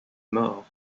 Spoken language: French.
mort